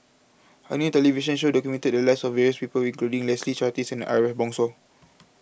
a new television show documented the lives of various people including Leslie Charteris and Ariff Bongso